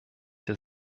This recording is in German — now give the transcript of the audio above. der